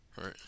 Right